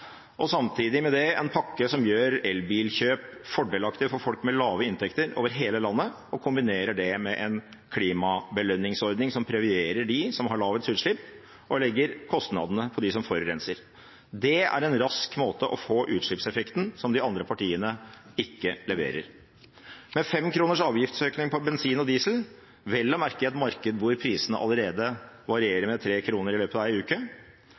og samtidig med det en pakke som gjør elbilkjøp fordelaktig for folk med lave inntekter, over hele landet, og kombinerer det med en klimabelønningsordning som premierer dem som har lavest utslipp, og legger kostnadene på dem som forurenser. Det er en rask måte å få utslippseffekten på som de andre partiene ikke leverer. Med en avgiftsøkning på 5 kr på bensin og diesel, vel å merke i et marked hvor prisene allerede varierer med 3 kr i løpet av en uke,